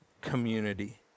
community